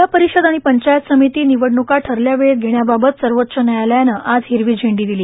जिल्हा परिषद आणि पंचायत समिती निवडणक ठरल्या वेळेत घेण्याबाबत सर्वोच्च न्यायालयाने आज हिरवी झेंडी दिली